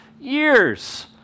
years